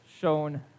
shown